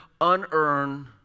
unearned